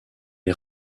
est